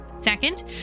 Second